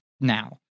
now